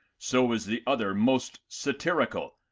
so is the other most satirical.